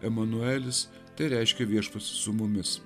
emanuelis tai reiškia viešpats su mumis